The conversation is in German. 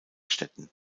städten